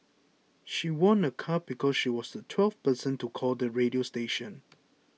she won a car because she was the twelfth person to call the radio station